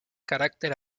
carácter